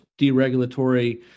deregulatory